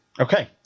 Okay